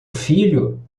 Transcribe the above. filho